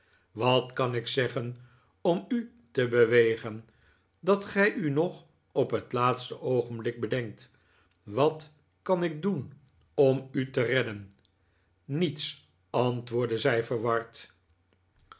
wat kan ik zeggen om u te bewegen dat gij u nog op het laatste oogenblik bedenkt wat kan ik doen om u te redden niets antwoordde zij verward